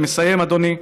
אני מסיים, אדוני.